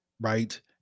right